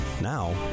Now